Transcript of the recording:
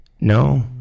no